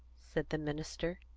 said the minister.